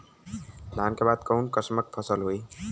धान के बाद कऊन कसमक फसल होई?